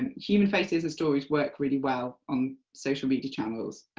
and human faces and stories work really well on social media channels.